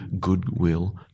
goodwill